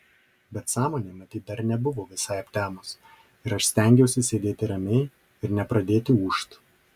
bet sąmonė matyt dar nebuvo visai aptemus ir aš stengiausi sėdėti ramiai ir nepradėti ūžt